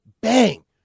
Bang